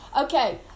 Okay